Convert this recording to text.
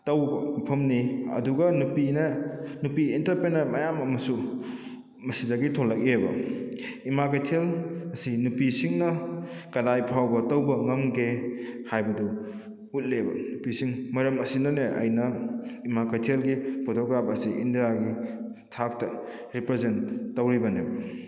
ꯇꯧꯕ ꯃꯐꯝꯅꯤ ꯑꯗꯨꯒ ꯅꯨꯄꯤꯅ ꯅꯨꯄꯤ ꯏꯟꯇꯔꯄ꯭ꯔꯤꯅꯔ ꯃꯌꯥꯝ ꯑꯃꯁꯨ ꯃꯁꯤꯗꯒꯤ ꯊꯣꯛꯂꯛꯑꯦꯕ ꯏꯃꯥ ꯀꯩꯊꯦꯜ ꯑꯁꯤ ꯅꯨꯄꯤꯁꯤꯡꯅ ꯀꯗꯥꯏ ꯐꯥꯎꯕ ꯇꯧꯕ ꯉꯝꯒꯦ ꯍꯥꯏꯕꯗꯨ ꯎꯠꯂꯦꯕ ꯅꯨꯄꯤꯁꯤꯡ ꯃꯔꯝ ꯑꯁꯤꯅꯅꯦ ꯑꯩꯅ ꯏꯃꯥ ꯀꯩꯊꯦꯜꯒꯤ ꯐꯣꯇꯣꯒ꯭ꯔꯥꯐ ꯑꯁꯤ ꯏꯟꯗꯤꯌꯥꯒꯤ ꯊꯥꯛꯇ ꯔꯤꯄ꯭ꯔꯖꯦꯟ ꯇꯧꯔꯤꯕꯅꯦ